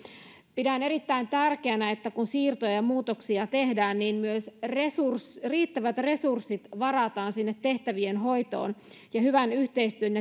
pidän erittäin tärkeänä että kun siirtoja ja ja muutoksia tehdään niin myös riittävät resurssit varataan sinne tehtävien hoitoon ja hyvän yhteistyön